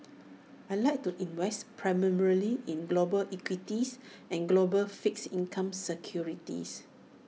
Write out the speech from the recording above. I Like to invest primarily in global equities and global fixed income securities